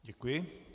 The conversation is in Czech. Děkuji.